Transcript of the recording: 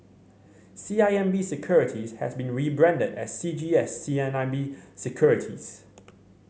C I M B Securities has been rebranded as C G S C I M B Securities